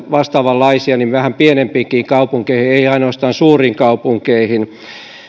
vastaavanlaisia yhtenäistää vähän pienempiinkin kaupunkeihin ei ainoastaan suuriin kaupunkeihin